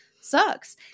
sucks